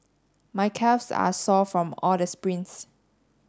my calves are sore from all the sprints